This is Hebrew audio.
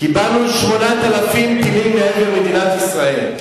קיבלנו 8,000 טילים לעבר מדינת ישראל,